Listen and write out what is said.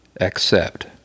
accept